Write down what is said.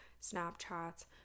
Snapchats